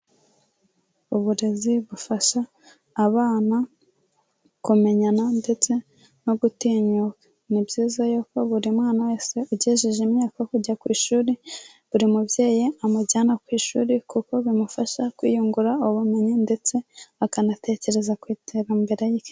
Uburezi bufasha abana kumenyana ndetse no gutinyuka. Ni byiza yuko buri mwana wese ugejeje imyaka yo kujya ku ishuri, buri mubyeyi amujyana ku ishuri kuko bimufasha kwiyungura ubumenyi, ndetse akanatekereza ku iterambere rye.